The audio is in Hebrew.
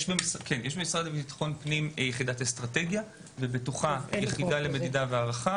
יש במשרד ביטחון פנים יחידת אסטרטגיה ובתוכה יחידה למדידה והערכה.